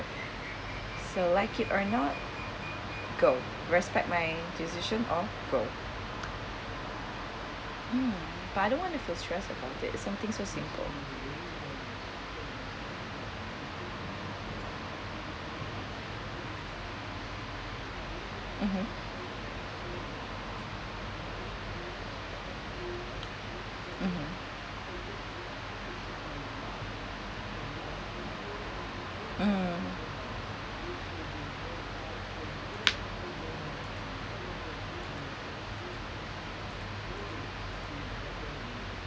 so like it or not go respect my decision or go hmm but I don't want to feel stress about it something so simple mmhmm mmhmm mm